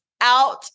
out